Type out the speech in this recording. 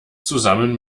zusammen